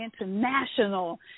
international